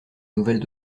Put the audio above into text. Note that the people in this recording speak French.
nouvelles